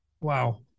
Wow